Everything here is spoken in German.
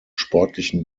sportlichen